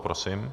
Prosím.